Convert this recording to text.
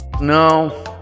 no